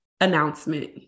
announcement